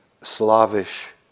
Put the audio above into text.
slavish